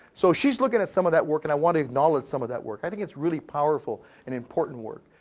so she's looking at some of that work and i want to acknowledge some of that work. i think it's really powerful and important work.